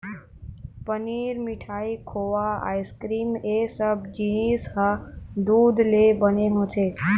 पनीर, मिठाई, खोवा, आइसकिरिम ए सब जिनिस ह दूद ले बने होथे